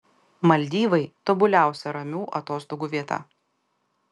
maldyvai tobuliausia ramių atostogų vieta